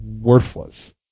worthless